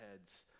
heads